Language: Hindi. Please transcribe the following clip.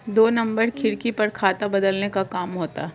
दो नंबर खिड़की पर खाता बदलने का काम होता है